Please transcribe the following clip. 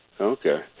Okay